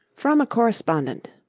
from a correspondent.